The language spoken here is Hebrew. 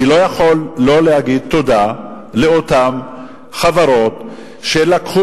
אני לא יכול לא להגיד תודה לאותן חברות שלקחו